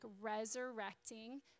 resurrecting